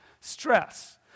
Stress